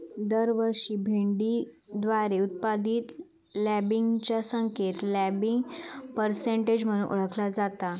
दरवर्षी भेंडीद्वारे उत्पादित लँबिंगच्या संख्येक लँबिंग पर्सेंटेज म्हणून ओळखला जाता